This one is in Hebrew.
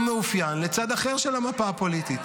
הוא מאופיין לצד אחר של המפה הפוליטית.